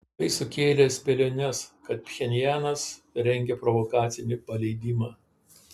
tai sukėlė spėliones kad pchenjanas rengia provokacinį paleidimą